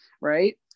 right